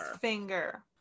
finger